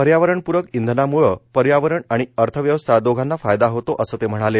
पर्यावरणपूरक इंधनाम्ळे पर्यावरण आणि अर्थव्यवस्था दोघांना फायदा होतो असं ते म्हणाले